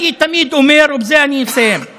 אני תמיד אומר, ובזה אני אסיים: